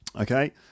Okay